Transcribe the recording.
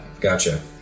Gotcha